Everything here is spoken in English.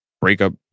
breakup